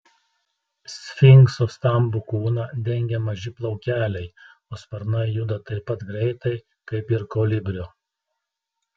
sfinkso stambų kūną dengia maži plaukeliai o sparnai juda taip pat greitai kaip ir kolibrio